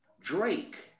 Drake